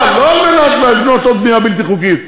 אבל לא על מנת לבנות עוד בנייה בלתי חוקית,